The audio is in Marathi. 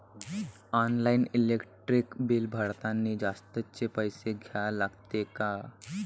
ऑनलाईन इलेक्ट्रिक बिल भरतानी जास्तचे पैसे द्या लागते का?